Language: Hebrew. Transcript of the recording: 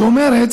שאומרת